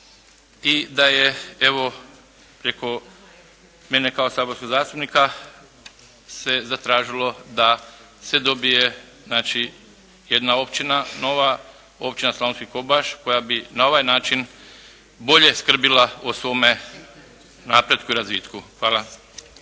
i da je evo preko mene kao saborskog zastupnika se zatražilo da se dobije znači jedna općina nova, Općina Slavonski Kobaš koja bi na ovaj način bolje skrbila o svome napretku i razvitku. Hvala.